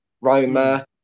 Roma